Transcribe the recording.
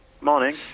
Morning